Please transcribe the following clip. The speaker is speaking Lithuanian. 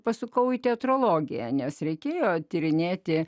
pasukau į teatrologiją nes reikėjo tyrinėti